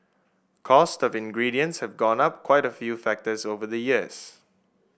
cost of ingredients has gone up quite a few factors over the years